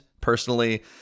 personally